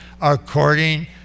according